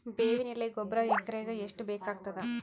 ಬೇವಿನ ಎಲೆ ಗೊಬರಾ ಎಕರೆಗ್ ಎಷ್ಟು ಬೇಕಗತಾದ?